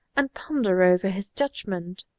and ponder over his judgment.